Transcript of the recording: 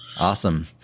Awesome